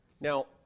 now